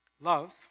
Love